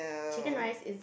chicken rice is